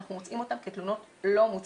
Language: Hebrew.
אנחנו מוצאים אותן כתלונות לא מוצדקות.